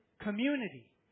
community